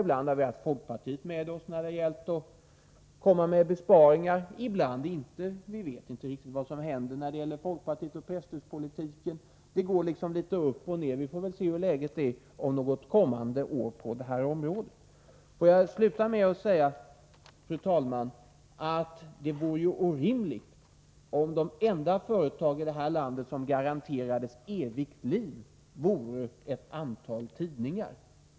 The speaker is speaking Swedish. Ibland har vi haft folkpartiet med oss när det gällt att föreslå besparingar, ibland inte. Vi vet inte riktigt vad som händer när det gäller folkpartiet och presstödspolitiken; det går liksom litet upp och ner. Vi får väl se hur läget i sammanhanget är något kommande år. Fru talman! Jag vill sluta med att understryka att det vore orimligt om de enda företag i det här landet som garanterades evigt liv vore ett antal tidningar.